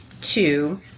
two